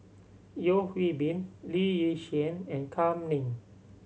Yeo Hwee Bin Lee Yi Shyan and Kam Ning